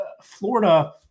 Florida